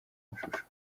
mashusho